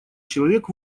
человек